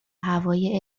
هوای